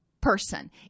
person